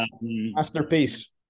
masterpiece